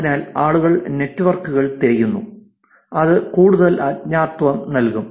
അതിനാൽ ആളുകൾ നെറ്റ്വർക്കുകൾ തിരയുന്നു അത് കൂടുതൽ അജ്ഞാതത്വം നൽകും